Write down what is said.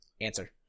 Answer